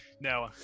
no